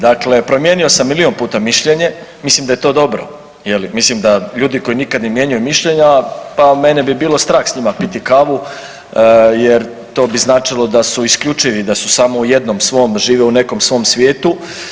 Dakle, promijenio sam milijun puta mišljenje, mislim da je to dobro je li, mislim da ljudi koji nikad ne mijenjaju mišljenja pa mene bi bilo strah s njima piti kavu jer to bi značilo da su isključeni, da su samo u jednom svom, da žive u nekom svom svijetu.